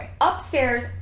upstairs